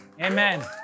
Amen